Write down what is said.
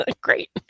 Great